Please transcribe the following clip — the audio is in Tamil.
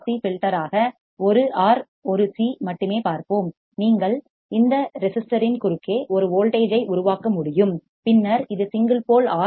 சி ஃபில்டர் ஆக 1 ஆர் 1 சி மட்டுமே பார்ப்போம் நீங்கள் இந்த ரெசிஸ்டர் இன் குறுக்கே ஒரு வோல்டேஜ் ஐ உருவாக்க முடியும் பின்னர் இது சிங்கிள் போல் ஆர்